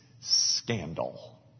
scandal